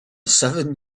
seven